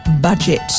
budget